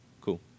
Cool